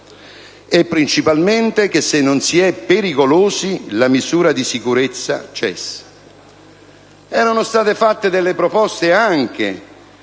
e principalmente che, se non si è pericolosi, la misura di sicurezza cessa. Erano state avanzate proposte anche